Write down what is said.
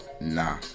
Nah